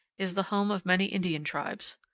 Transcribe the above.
is the home of many indian tribes.